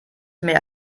mehr